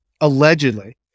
Allegedly